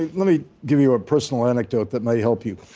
let me give you a personal anecdote that may help you.